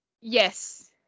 Yes